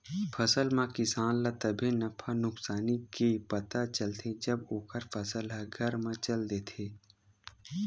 फसल म किसान ल तभे नफा नुकसानी के पता चलथे जब ओखर फसल ह घर म चल देथे